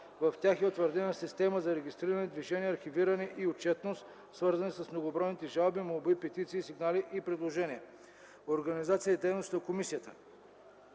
В тях е утвърдена система за регистриране, движение, архивиране и отчетност, свързани с многобройните жалби, молби, петиции, сигнали и предложения. Организация и дейност на Комисията